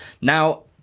Now